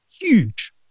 huge